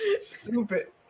Stupid